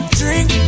drink